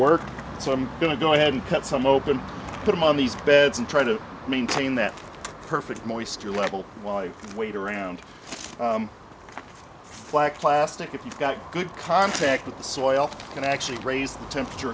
work so i'm going to go ahead and cut some open put them on these beds and try to maintain that perfect moisture level while i wait around flax plastic if you've got good contact with the soil and actually raise the temperature